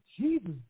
Jesus